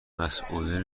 مسئولین